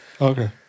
Okay